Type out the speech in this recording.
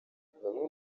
bamwe